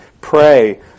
Pray